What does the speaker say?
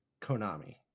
Konami